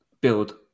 build